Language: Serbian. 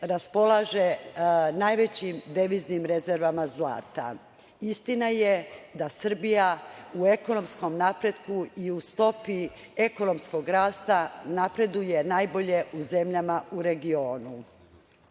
raspolaže najvećim deviznim rezervama zlata. Istina je da Srbija u ekonomskom napretku i u stopi ekonomskog rasta napreduje najbolje u zemljama u regionu. Kada